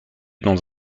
dans